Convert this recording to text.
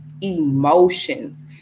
emotions